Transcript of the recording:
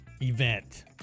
event